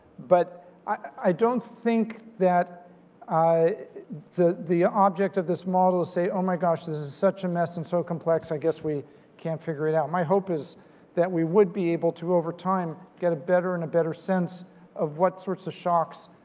but i don't think that the the object of this model say oh my gosh this is such a mess and so complex. i guess we can't figure it out. my hope is that we would be able to over time, get a better and a better sense of what sorts of shocks,